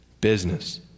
business